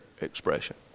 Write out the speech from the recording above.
expression